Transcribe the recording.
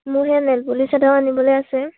মোৰ সেয়া nail polish এটাও আনিবলে আছে